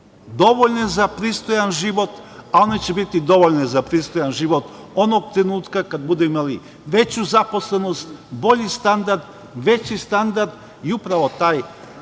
dovoljne za pristojan život, a one će biti dovoljne za pristojan život onog trenutka kada budemo imali veću zaposlenost, bolji standard, veći standard i upravo taj